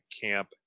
camp